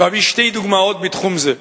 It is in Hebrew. ואביא שתי דוגמאות מתחום זה.